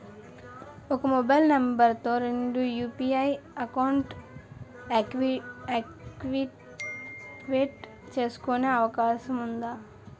ఒక mobile number తో రెండు యు.పి.ఐ అకౌంట్స్ యాక్టివేట్ చేసుకునే అవకాశం వుందా?